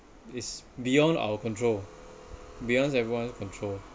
it's beyond our control beyond everyone's control